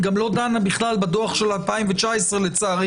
היא גם לא דנה בכלל בדוח של 2019 לצערי,